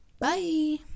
Bye